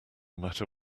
matter